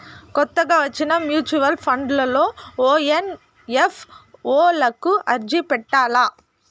కొత్తగా వచ్చిన mutual funds లో ఓ ఎన్.ఎఫ్.ఓ లకు అర్జీ పెట్టల్ల